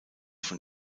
von